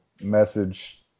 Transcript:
message